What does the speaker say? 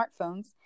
smartphones